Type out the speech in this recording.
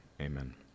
Amen